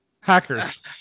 Hackers